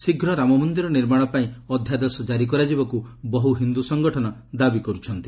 ଶୀଘ୍ର ରାମମନ୍ଦିର ନିର୍ମାଣ ପାଇଁ ଅଧ୍ୟାଦେଶ ଜାରି କରାଯିବାକୁ ବହୁ ହିନ୍ଦୁ ସଂଗଠନ ଦାବି କରୁଛନ୍ତି